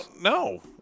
No